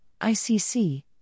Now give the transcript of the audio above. ICC